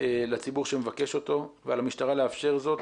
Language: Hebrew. לציבור שמבקש אותו ועל המשטרה לאפשר זאת